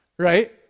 Right